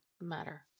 matter